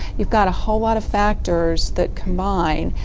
we've got a whole lot of factor that combine.